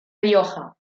rioja